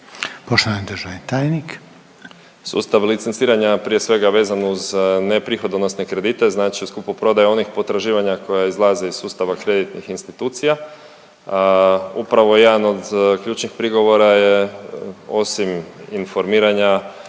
**Zoričić, Davor** Sustav licenciranja, prije svega, vezano uz neprihodovnosne kredite, znači uz kupoprodaju onih potraživanja koja izlaze iz sustava kreditnih institucija, upravo jedan od ključnih prigovora je, osim informiranja,